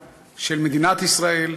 יושבי-הראש,